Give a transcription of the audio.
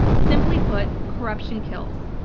simply put, corruption kills,